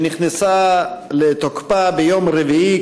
שנכנסה לתוקפה ביום רביעי,